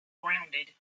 rounded